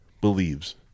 believes